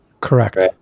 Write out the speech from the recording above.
Correct